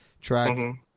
track